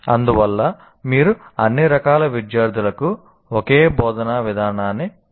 అందువల్ల మీరు అన్ని రకాల విద్యార్థులకు ఒకే బోధనా విధానాన్ని తీసుకోలేరు